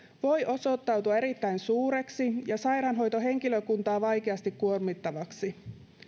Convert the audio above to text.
voi osoittautua erittäin suureksi ja sairaanhoitohenkilökuntaa vaikeasti kuormittavaksi